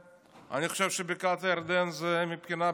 אני חושב שבקעת הירדן מבחינה ביטחונית